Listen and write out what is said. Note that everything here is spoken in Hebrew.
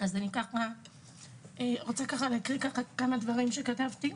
אני רוצה להקריא כמה דברים שכתבתי: